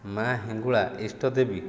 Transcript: ମା' ହିଙ୍ଗୁଳା ଇଷ୍ଟଦେବୀ